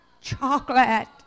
Chocolate